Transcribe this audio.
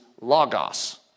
logos